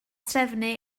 trefnu